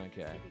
Okay